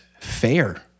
fair